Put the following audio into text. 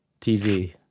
TV